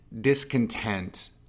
discontent